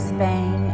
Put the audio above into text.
Spain